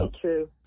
true